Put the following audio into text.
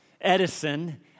Edison